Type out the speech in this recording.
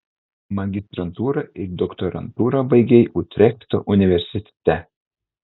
magistrantūrą ir doktorantūrą baigei utrechto universitete